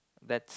that's